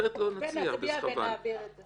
בואו נצביע ונעביר את זה.